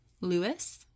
Lewis